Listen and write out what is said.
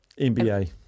NBA